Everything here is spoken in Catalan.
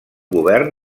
govern